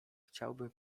chciałbym